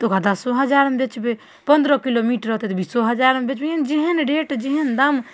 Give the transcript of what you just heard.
तऽ ओकरा दसो हजारमे बेचबै पन्द्रह किलो मीट रहतै तऽ बीसो हजारमे बेचबै जेहन रेट जेहन दाम